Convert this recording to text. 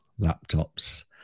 laptops